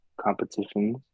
competitions